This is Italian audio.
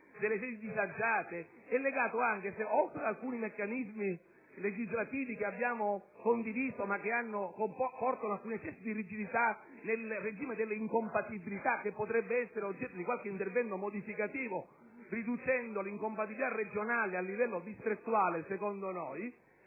delle sedi disagiate è legato, oltre che ad alcuni meccanismi legislativi che abbiamo condiviso, ma che portano ad alcuni eccessi di rigidità nel regime delle incompatibilità (che potrebbe essere oggetto secondo noi di qualche intervento modificativo, riducendo l'incompatibilità regionale a livello distrettuale),